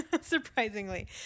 Surprisingly